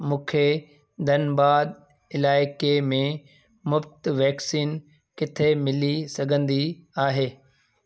मूंखे धनबाद इलाइके में मुफ़्त वैक्सीन किथे मिली सघंदी आहे